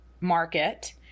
market